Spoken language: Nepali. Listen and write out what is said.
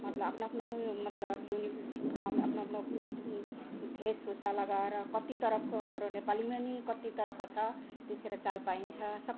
मतलब आफ्नो आफ्नो मतलब युनिफर्म आफ्नो आफ्नो वेशभुषा लगाएर कति तरहको हाम्रो नेपालीमा नि कति तरहको छ त्यतिखेर चाल पाइन्छ